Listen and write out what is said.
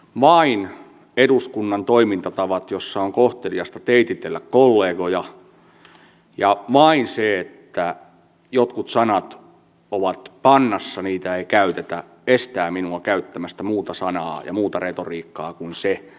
vain eduskunnan toimintatavat joissa on kohteliasta teititellä kollegoja ja vain se että jotkut sanat ovat pannassa ja niitä ei käytetä estävät minua käyttämästä muuta sanaa ja muuta retoriikkaa kuin